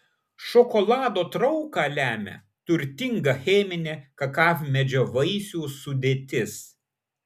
šokolado trauką lemia turtinga cheminė kakavmedžio vaisių sudėtis